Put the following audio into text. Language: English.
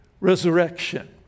resurrection